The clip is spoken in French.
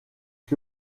que